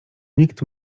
nikt